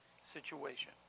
situation